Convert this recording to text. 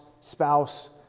spouse